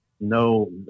No